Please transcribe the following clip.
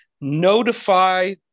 notify